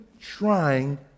trying